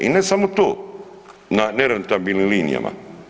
I ne samo to na nerentabilnim linijama.